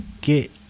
get